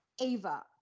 Ava